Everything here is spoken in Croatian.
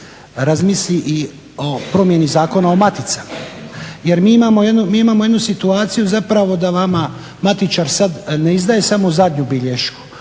razmisli i o promjeni Zakona o maticama. Jer mi imamo jednu situaciju zapravo da vama matičar sad ne izdaje samo zadnju bilješku